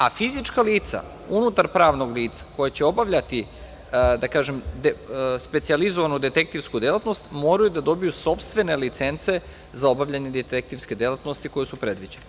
A fizička lica unutar pravnog lica, koja će obavljati specijalizovanu detektivsku delatnost, moraju da dobiju sopstvene licence za obavljanje detektivske delatnosti koje su predviđene.